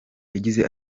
yagize